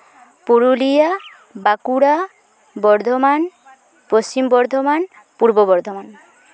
Purulia Bankura Bardhaman Paschim Bardhaman Purba Bardhaman